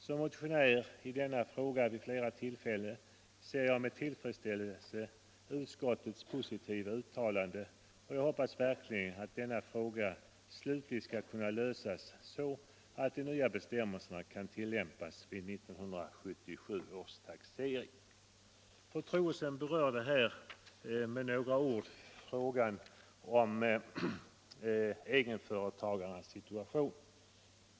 Som motionär i denna fråga vid flera tillfällen ser jag utskottets positiva uttalande med tillfredsställelse, och jag hoppas verkligen att denna fråga slutgiltigt skall kunna lösas så att de nya bestämmelserna kan tillämpas vid 1977 års taxering. Fru Troedsson berörde med några ord egenföretagarnas situation.